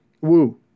woo